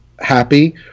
happy